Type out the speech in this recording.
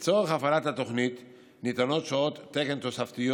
לצורך הפעלת התוכנית ניתנות שעות תקן תוספתיות